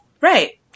Right